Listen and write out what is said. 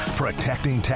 protecting